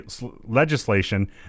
legislation